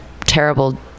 terrible